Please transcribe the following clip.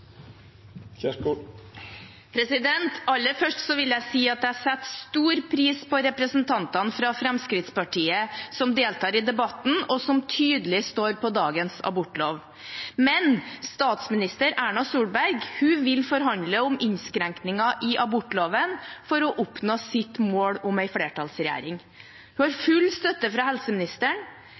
bort. Aller først vil jeg si at jeg setter stor pris på representantene fra Fremskrittspartiet som deltar i debatten, og som tydelig står på dagens abortlov. Men statsminister Erna Solberg vil forhandle om innskrenkninger i abortloven for å oppnå sitt mål om en flertallsregjering. Hun har full støtte fra helseministeren.